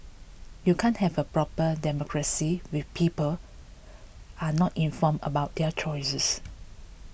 you can't have a proper democracy when people are not informed about their choices